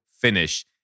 finish